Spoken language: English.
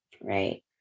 Right